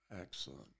Excellent